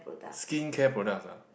skincare products ah